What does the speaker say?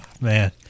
man